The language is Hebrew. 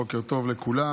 בוקר טוב לכולם.